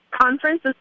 Conference